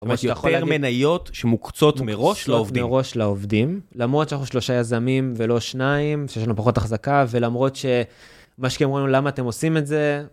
יש יותר מניות שמוקצות מראש לעובדים. מוקצות מראש לעובדים. למרות שאנחנו שלושה יזמים ולא שניים, שיש לנו פחות החזקה, ולמרות שמשקיעים אומרים, למה אתם עושים את זה...